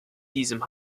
diesem